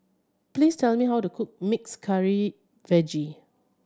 please tell me how to cook mixed curry veggie